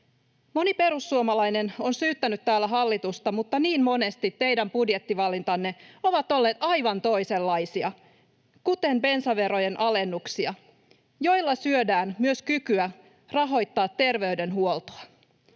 Moni perussuomalainen on syyttänyt täällä hallitusta, mutta niin monesti teidän budjettivalintanne ovat olleet aivan toisenlaisia, kuten bensaverojen alennuksia, joilla syödään myös kykyä rahoittaa terveydenhuoltoa.